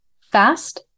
Fast